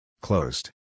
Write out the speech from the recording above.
Closed